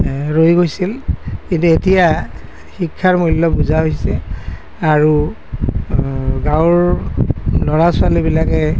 ৰৈ গৈছিল কিন্তু এতিয়া শিক্ষাৰ মূল্য বুজা হৈছে আৰু গাঁওৰ ল'ৰা ছোৱালীবিলাকে